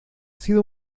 sido